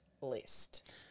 list